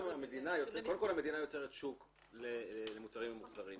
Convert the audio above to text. המדינות יוצרות שוק למוצרים ממוחזרים,